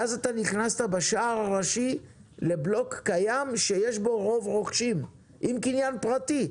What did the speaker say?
ואז אתה נכנסת בשער ראשי לבלוק קיים שיש בו רוב רוכשים עם קניין פרטי.